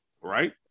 Right